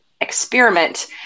experiment